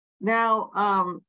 Now